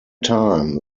time